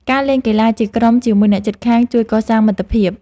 ការលេងកីឡាជាក្រុមជាមួយអ្នកជិតខាងជួយកសាងមិត្តភាព។